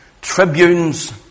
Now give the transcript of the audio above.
Tribunes